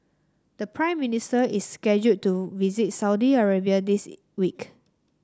the Prime Minister is scheduled to visit Saudi Arabia this week